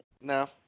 no